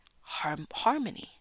harmony